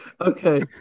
Okay